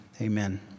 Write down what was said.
Amen